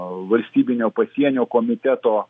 valstybinio pasienio komiteto